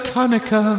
Tonica